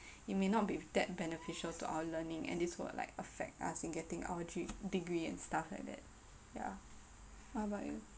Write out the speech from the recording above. it may not be that beneficial to our learning and this will like affect us in getting our G degree and stuff like that yeah what about you